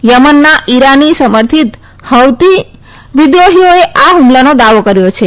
યમનના ઇરાની સમર્થિત હૌતી વિદ્રોહીઓએ આ ફમલાનો દાવો કર્યો છે